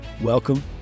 Welcome